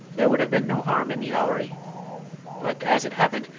there would have been no harm in the houri but, as it happened,